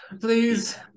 please